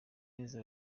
neza